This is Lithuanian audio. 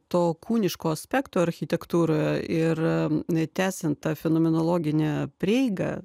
to kūniško aspekto architektūroj ir tęsiant tą fenomenologinę prieigą